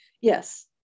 Yes